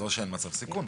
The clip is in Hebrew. זה לא שאין מצב סיכון,